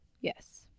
yes